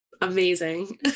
Amazing